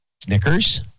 Snickers